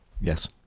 Yes